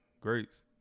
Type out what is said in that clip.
greats